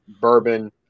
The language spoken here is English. bourbon